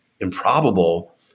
improbable